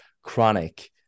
chronic